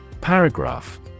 Paragraph